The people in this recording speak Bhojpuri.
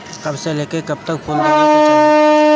कब से लेके कब तक फुल देवे के चाही?